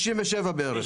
מ-1967 בערך.